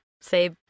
say